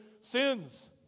sins